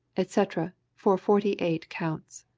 etc, for forty eight counts.